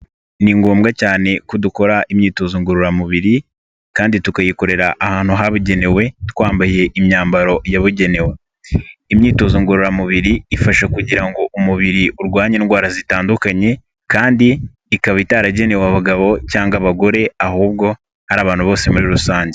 Ni ngombwa cyane ko dukora imyitozo ngororamubiri kandi tukayikorera ahantu habugenewe twambaye imyambaro yabugenewe. Imyitozo ngororamubiri ifasha kugira ngo umubiri urwanye indwara zitandukanye kandi ikaba itaragenewe abagabo cyangwa abagore, ahubwo ari abantu bose muri rusange.